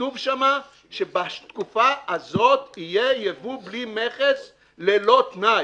כתוב שם שבתקופה הזאת יהיה ייבוא בלי מכס ללא תנאי.